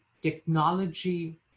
Technology